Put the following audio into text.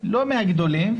לא מהגדולים,